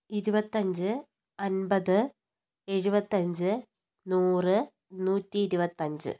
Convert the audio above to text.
ഇരുപത്തി അഞ്ച് അൻപത് എഴുപത്തി അഞ്ച് നൂറ് നൂറ്റി ഇരുപത്തി അഞ്ച്